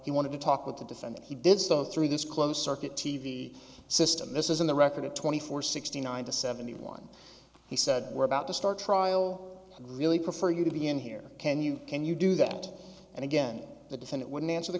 he wanted to talk with the defendant he did so through this closed circuit t v system this is in the record of twenty four sixty nine to seventy one he said we're about to start trial really prefer you to be in here can you can you do that and again the defendant wouldn't answer the